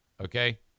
Okay